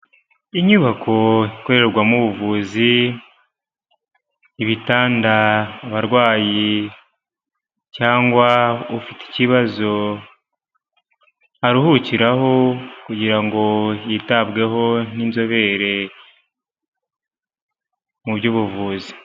Inyubako ikorerwamo ubuvuzi, ibitanda abarwayi cyangwa ufite ikibazo aruhukiraho kugira ngo yitabweho n'inzobere mu by'ubuvuzi.